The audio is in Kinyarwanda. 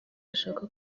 ashaka